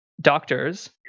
doctors